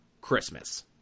Christmas